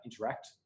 interact